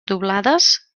doblades